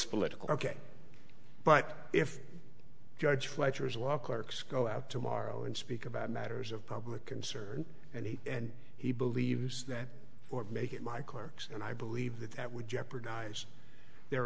political ok but if george fletcher is a law clerks go out tomorrow and speak about matters of public concern and he and he believes that or make it my clerks and i believe that that would jeopardize their